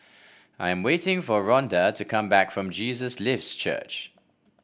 I am waiting for Rhonda to come back from Jesus Lives Church